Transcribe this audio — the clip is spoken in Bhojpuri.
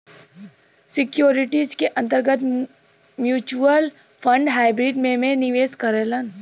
सिक्योरिटीज के अंतर्गत म्यूच्यूअल फण्ड हाइब्रिड में में निवेश करेलन